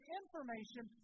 information